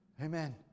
amen